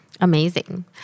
Amazing